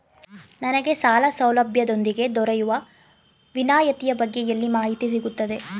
ನನಗೆ ಸಾಲ ಸೌಲಭ್ಯದೊಂದಿಗೆ ದೊರೆಯುವ ವಿನಾಯತಿಯ ಬಗ್ಗೆ ಎಲ್ಲಿ ಮಾಹಿತಿ ಸಿಗುತ್ತದೆ?